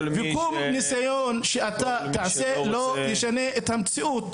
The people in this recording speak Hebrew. וכל ניסיון שאתה תעשה לא ישנה את המציאות.